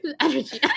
energy